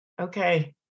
Okay